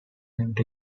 empty